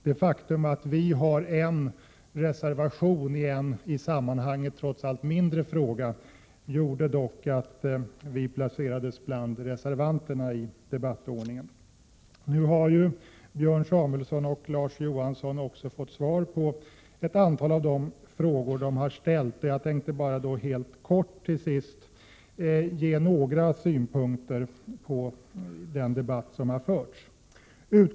Det faktum att vi har en reservation i en i sammanhanget trots allt mindre fråga gjorde dock att vi placerades bland reservanterna på talarlistan. Björn Samuelson och Larz Johansson har nu fått svar på ett antal av de 53 frågor som de har ställt, varför jag bara helt kort tänkte ge några avslutande synpunkter på den debatt som har förevarit.